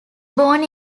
born